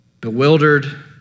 Bewildered